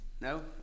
No